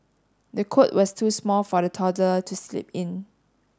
the cot was too small for the toddler to sleep in